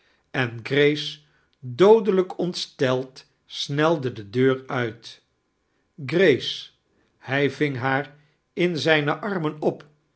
en grace doodelijk ontsteld snelde de deur uit grace i hij ving haar in zijne armen op